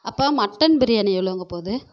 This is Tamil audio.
அப்போ மட்டன் பிரியாணி எவ்வளோங்க போகுது